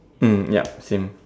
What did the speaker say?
mm yup same